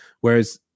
whereas